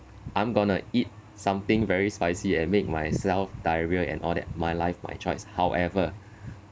I'm gonna eat something very spicy and make myself diarrhea and all that my life my choice however